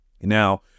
now